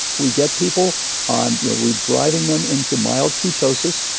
we get people on, you know we drive and them into mild ketosis,